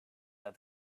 that